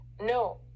No